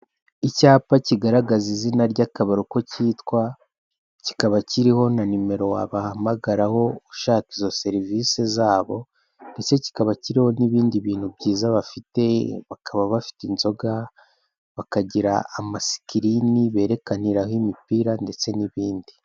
Icyapa kigaragaza izina ry'akabari uko kitwa, kikaba kiriho na nimero wabahamagaraho ushaka izo serivise zabo, ndetse kikaba kiriho n'ibindi bintu byiza bafite, bakaba bafite inzoga, bakagira amasikirini berekaniraho imipira, ndetse n'ibindi.